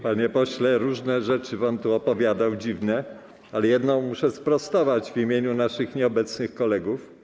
Panie pośle, różne dziwne rzeczy pan tu opowiadał, ale jedno muszę sprostować w imieniu naszych nieobecnych kolegów.